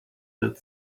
that